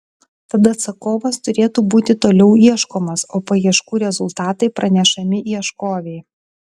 tad atsakovas turėtų būti toliau ieškomas o paieškų rezultatai pranešami ieškovei